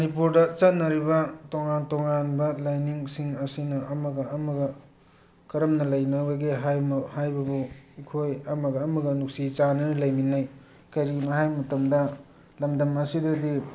ꯃꯅꯤꯄꯨꯔꯗ ꯆꯠꯅꯔꯤꯕ ꯇꯣꯉꯥꯟ ꯇꯣꯉꯥꯟꯕ ꯂꯥꯏꯅꯤꯡꯁꯤꯡ ꯑꯁꯤꯅ ꯑꯃꯒ ꯑꯃꯒ ꯀꯔꯝꯅ ꯂꯩꯅꯕꯒꯦ ꯍꯥꯏꯕꯕꯨ ꯑꯩꯈꯣꯏ ꯑꯃꯒ ꯑꯃꯒ ꯅꯨꯡꯁꯤ ꯆꯥꯅꯅ ꯂꯩꯃꯤꯟꯅꯩ ꯀꯔꯤꯒꯤꯅꯣ ꯍꯥꯏꯕ ꯃꯇꯝꯗ ꯂꯝꯗꯝ ꯑꯁꯤꯗꯗꯤ